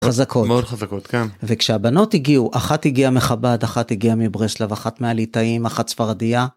חזקות. מאוד חזקות, כן. וכשהבנות הגיעו אחת הגיעה מחב"ד אחת הגיעה מברסלב אחת מהליטאים אחת ספרדיה.